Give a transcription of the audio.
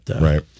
Right